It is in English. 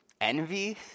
envy